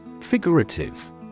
Figurative